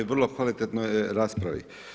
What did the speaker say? vrlo kvalitetnoj raspravi.